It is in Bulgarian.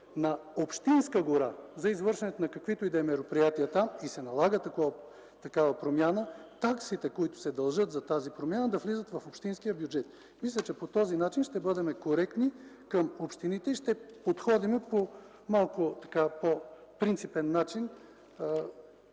на общинска гора за извършването на каквито и да е мероприятия там и такава промяна се налага, таксите, които се дължат за тази промяна, да влизат в общинския бюджет. Мисля, че по този начин ще бъдем коректни към общините и ще подходим по малко по-принципен начин